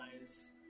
eyes